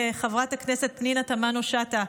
ולחברת הכנסת פנינה תמנו שטה,